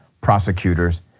prosecutors